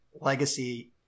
legacy